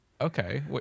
Okay